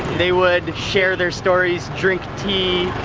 they would share their stories, drink tea